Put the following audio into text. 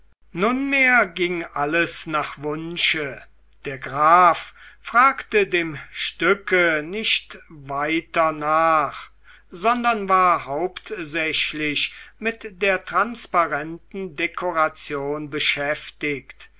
nunmehr ging alles nach wunsche der graf fragte dem stücke nicht weiter nach sondern war hauptsächlich mit der transparenten dekoration beschäftigt